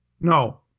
No